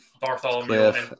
Bartholomew